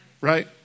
Right